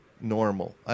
normal